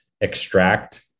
extract